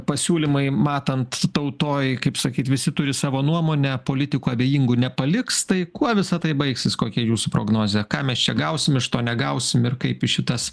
pasiūlymai matant tautoj kaip sakyt visi turi savo nuomonę politikų abejingų nepaliks tai kuo visa tai baigsis kokia jūsų prognozė ką mes čia gausim iš to negausim ir kaip į šitas